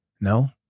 No